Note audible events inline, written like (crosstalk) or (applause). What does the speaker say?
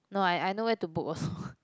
no I I know where to book also (laughs)